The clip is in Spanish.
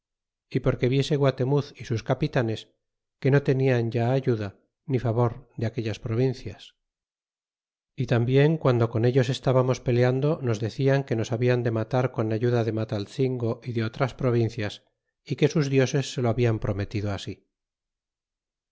porque viese guatemuz y suscapitanes que no tenian ya ayuda ni favor de aquellas provincias y tambien guando con ellos estábamos peleando nos decían que nos habian de matar con ayuda de mataltzingo y de otras provincias é que sus dioses se lo hablan prometido así